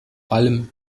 allem